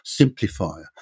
simplifier